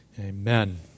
Amen